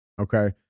okay